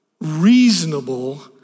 reasonable